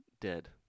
Dead